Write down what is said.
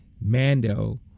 Mando